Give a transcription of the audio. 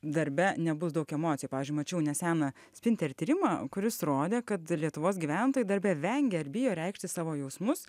darbe nebus daug emocijų pavyzdžiui mačiau neseną spinter tyrimą kuris rodė kad lietuvos gyventojai darbe vengia ar bijo reikšti savo jausmus